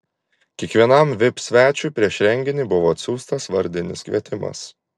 kiekvienam vip svečiui prieš renginį buvo atsiųstas vardinis kvietimas